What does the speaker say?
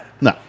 no